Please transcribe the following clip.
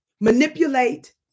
manipulate